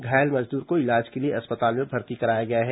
घायल मजदूर को इलाज के लिए अस्पताल में भर्ती कराया गया है